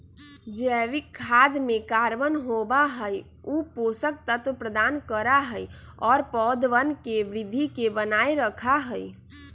जैविक खाद में कार्बन होबा हई ऊ पोषक तत्व प्रदान करा हई और पौधवन के वृद्धि के बनाए रखा हई